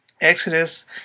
Exodus